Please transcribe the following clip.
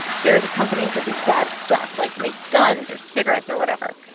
shares of companies that do bad stuff like make guns or cigarettes or whatever.